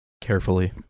carefully